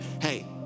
hey